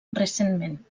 recentment